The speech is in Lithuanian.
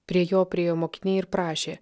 prie jo priėjo mokiniai ir prašė